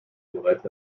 bereits